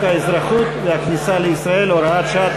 האזרחות והכניסה לישראל (הוראת שעה),